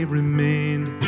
remained